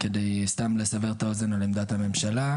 כדי לסבר את האוזן על עמדת הממשלה.